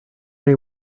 they